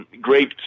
great